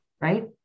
right